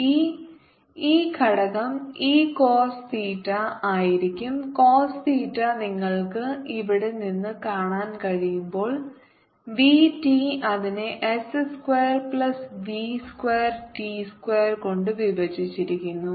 അതിനാൽ ഈ ഇ ഘടകം ഇ കോസ് തീറ്റ ആയിരിക്കും കോസ് തീറ്റ നിങ്ങൾക്ക് ഇവിടെ നിന്ന് കാണാൻ കഴിയുമ്പോൾ v t അതിനെ s square plus V square t square കൊണ്ട് വിഭജിച്ചിരിക്കുന്നു